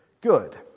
good